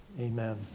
amen